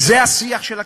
זה השיח של הכנסת?